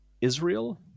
israel